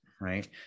right